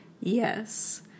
Yes